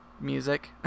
music